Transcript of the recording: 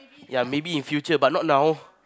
yeah maybe in future but not now